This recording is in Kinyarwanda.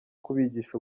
kubigisha